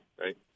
right